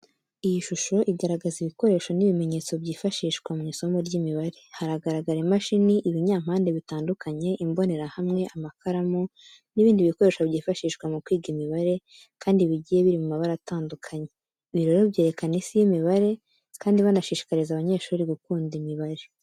Iyi shusho iragaragaza ibikoresho n'ibimenyetso byifashishwa mu isomo ry'imibare. Haragaragara imashini, ibinyampande bitandukanye, imbonerahamwe, amakaramu n’ibindi bikoresho byifashishwa mu kwiga imibare kandi bigiye biri mu mabara atandukanye. Ibi rero byerekana Isi y'imibare kandi banashishikariza abanyeshuri gukunda imibare.